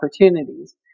opportunities